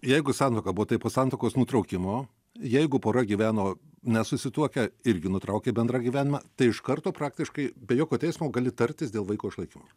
jeigu santuoka buvo tai po santuokos nutraukimo jeigu pora gyveno nesusituokę irgi nutraukė bendrą gyvenimą tai iš karto praktiškai be jokio teismo gali tartis dėl vaiko išlaikymo